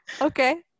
okay